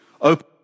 open